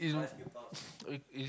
it's uh it's